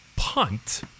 Punt